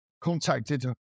contacted